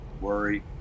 worry